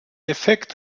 effekt